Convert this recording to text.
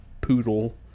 poodle